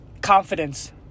confidence